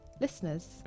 listeners